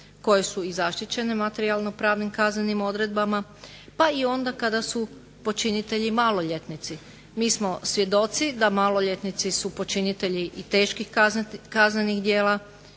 koje su i zaštićene materijalno-pravnim kaznenim odredbama, pa i onda kada su počinitelji maloljetnici. Mi smo svjedoci da maloljetnici su počinitelji i teških kaznenih djela